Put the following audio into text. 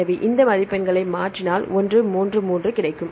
எனவே இந்த மதிப்பெண்களை மாற்றினால் 1 3 3 கிடைக்கும்